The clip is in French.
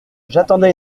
j’attendais